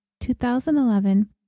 2011